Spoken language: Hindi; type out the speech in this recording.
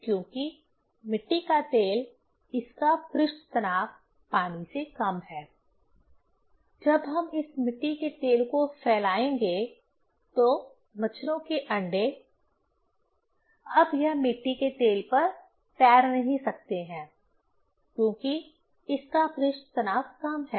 क्योंकि मिट्टी का तेल इसका पृष्ठ तनाव पानी से कम है जब हम इस मिट्टी के तेल को फैलाएंगे तो मच्छरों के अंडे अब यह मिट्टी के तेल पर तैर नहीं सकते हैं क्योंकि इसका पृष्ठ तनाव कम है